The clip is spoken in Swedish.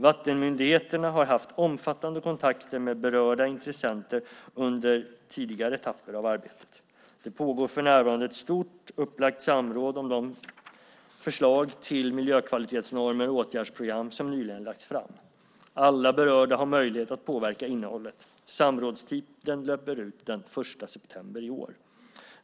Vattenmyndigheterna har haft omfattande kontakter med berörda intressenter under tidigare etapper av arbetet. Det pågår för närvarande ett stort upplagt samråd om de förslag till miljökvalitetsnormer och åtgärdsprogram som nyligen lagts fram. Alla berörda har möjlighet att påverka innehållet. Samrådstiden löper ut den 1 september i år.